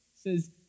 says